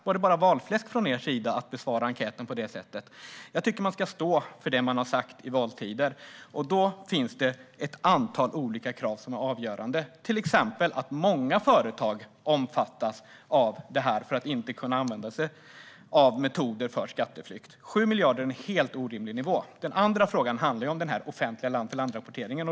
Var det bara valfläsk från er sida att besvara enkäten på det sättet? Jag tycker att man ska stå för det man har sagt i valtider. Då finns det ett antal olika krav som är avgörande. Det gäller till exempel att många företag omfattas av detta för att inte kunna använda sig av metoder för skatteflykt. 7 miljarder är en helt orimlig nivå. Den andra frågan handlar om den offentliga land-för-land-rapporteringen.